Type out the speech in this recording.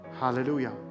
Hallelujah